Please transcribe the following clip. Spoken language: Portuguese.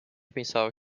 pensava